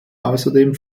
außerdem